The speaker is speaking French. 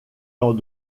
dans